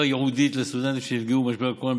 ייעודית לסטודנטים שנפגעו ממשבר הקורונה,